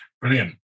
Brilliant